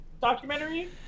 documentary